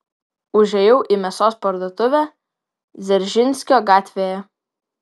užėjau į mėsos parduotuvę dzeržinskio gatvėje